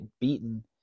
beaten